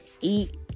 eat